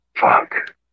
fuck